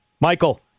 Michael